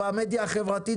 במדיה החברתית,